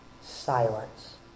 silence